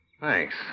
Thanks